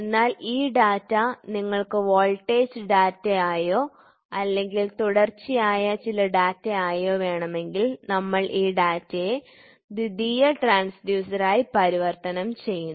എന്നാൽ ഈ ഡാറ്റ നിങ്ങൾക്ക് വോൾട്ടേജ് ഡാറ്റ ആയോ അല്ലെങ്കിൽ തുടർച്ചയായ ചില ഡാറ്റ ആയോ വേണമെങ്കിൽ നമ്മൾ ഈ ഡാറ്റയെ ദ്വിതീയ ട്രാൻസ്ഡ്യൂസറായി പരിവർത്തനം ചെയ്യുന്നു